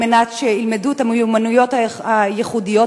על מנת שילמדו את המיומנויות הייחודיות